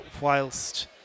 whilst